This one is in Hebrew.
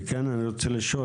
וכאן אני רוצה לשאול,